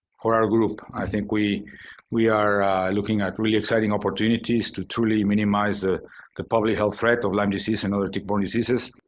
for our group, i think we we are looking at really exciting opportunities to truly minimize ah the public health threat of lyme disease and other tick-borne diseases.